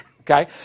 Okay